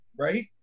right